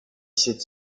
sept